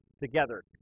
together